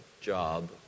job